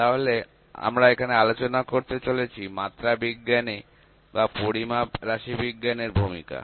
তাহলে আমরা এখানে আলোচনা করতে চলেছি মাত্রা বিজ্ঞান বা পরিমাপে রাশিবিজ্ঞানের ভূমিকা